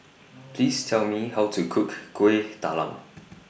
Please Tell Me How to Cook Kueh Talam